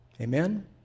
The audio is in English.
Amen